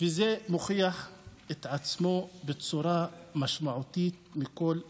וזה מוכיח את עצמו בצורה משמעותית מכל הבחינות.